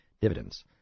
Dividends